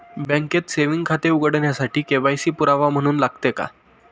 बँकेत सेविंग खाते उघडण्यासाठी के.वाय.सी पुरावा म्हणून लागते का?